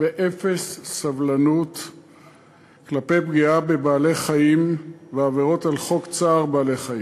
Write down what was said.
אפס סובלנות כלפי פגיעה בבעלי-חיים ועבירות על חוק צער בעלי-חיים.